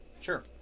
Sure